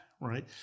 right